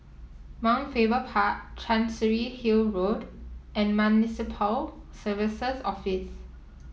Mount Faber Park Chancery Hill Road and Municipal Services Office